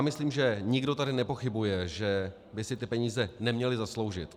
Myslím, že nikdo tady nepochybuje, že by si ty peníze neměli zasloužit.